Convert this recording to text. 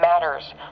matters